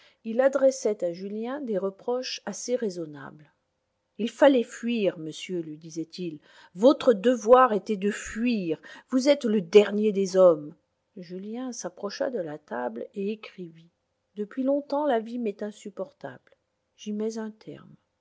il adressait à julien des reproches assez raisonnables il fallait fuir monsieur lui disait-il votre devoir était de fuir vous êtes le dernier des hommes julien s'approcha de la table et écrivit depuis longtemps ta vie m'est insupportable j'y mets un terme